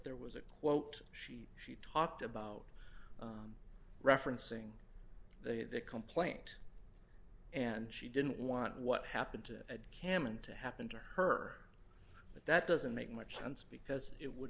there was a quote she she talked about referencing the complaint and she didn't want what happened to cam and to happen to her but that doesn't make much sense because it would